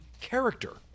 character